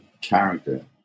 character